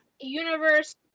Universe